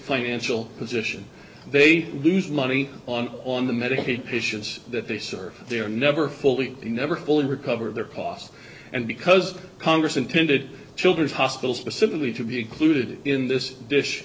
financial position they lose money on on the medicaid patients that they serve they are never fully never fully recover their costs and because congress intended children's hospital specifically to be included in this dish